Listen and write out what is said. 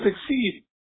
succeed